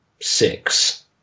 six